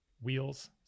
wheels